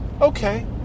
okay